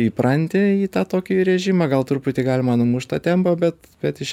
įpranti į tą tokį režimą gal truputį galima numušt tą tempą bet bet iš